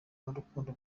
n’urukundo